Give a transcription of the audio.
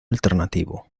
alternativo